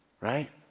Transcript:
right